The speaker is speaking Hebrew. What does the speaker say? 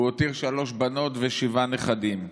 הוא הותיר שלוש בנות ושבעה נכדים.